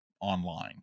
online